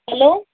hello